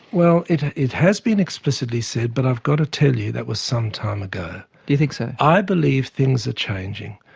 well it it has been explicitly said, but i've got to tell you, that was some time ago. do you think so? i believe things are changing.